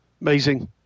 Amazing